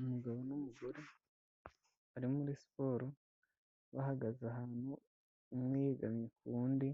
Umugabo n'umugore bari muri siporo bahagaze ahantu umwe yegamye ku wundi